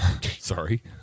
Sorry